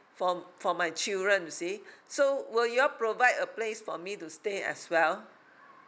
for for my children you see so will you all provide a place for me to stay as well